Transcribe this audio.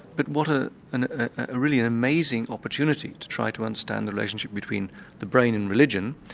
but what a and ah really amazing opportunity to try to understand the relationship between the brain in religion,